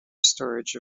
storage